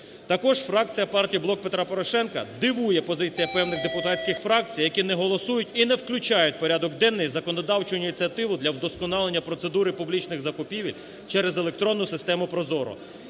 Також фракція Партії "Блок Петра Порошенка" дивує позиція певних депутатських фракцій, які не голосують і не включають в порядок денний законодавчу ініціативу для вдосконалення процедури публічних закупівель через електронну систему ProZorro.